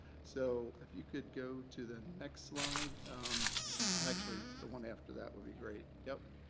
so if you could go to the next slide and actually the one after that would be great. yep.